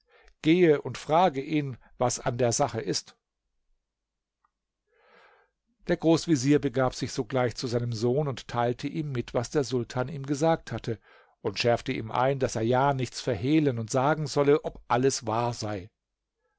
gehe und frage ihn was an der sache ist der großvezier begab sich sogleich zu seinem sohn teilte ihm mit was der sultan ihm gesagt hatte und schärfte ihm ein daß er ja nichts verhehlen und sagen solle ob alles wahr sei